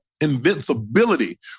invincibility